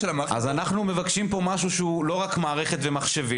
אנחנו מבקשים כאן משהו שהוא לא רק מערכת ומחשבים.